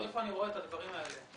איפה אני רואה את הדברים האלה?